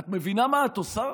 את מבינה מה את עושה?